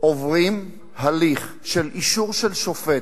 עוברים הליך של אישור של שופט,